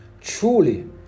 Truly